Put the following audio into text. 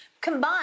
Combined